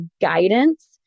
guidance